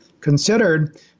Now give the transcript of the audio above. considered